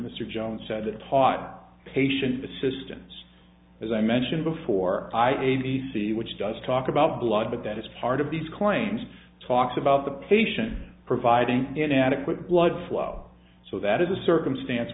mr jones said that taught patient assistance as i mentioned before i eighty c which does talk about blood but that is part of these claims talks about the patient providing an adequate blood flow so that is a circumstance